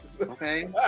Okay